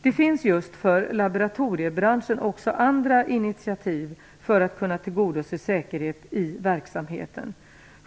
Det finns just för laboratoriebranschen också andra initiativ för att kunna tillgodose säkerheten i verksamheten.